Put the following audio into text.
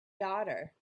daughter